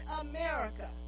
America